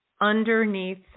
underneath